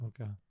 Okay